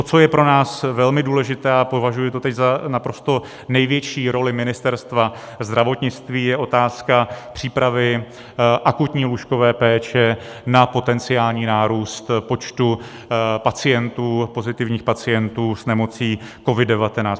Co je pro nás velmi důležité a považuji to teď za naprosto největší roli Ministerstva zdravotnictví, je otázka přípravy akutní lůžkové péče na potenciální nárůst počtu pozitivních pacientů s nemocí COVID19.